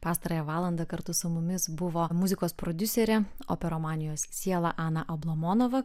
pastarąją valandą kartu su mumis buvo muzikos prodiuserė operomanijos siela ana ablamonova